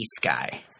guy